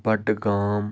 Budgam